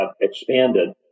expanded